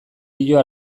dio